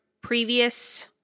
previous